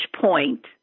point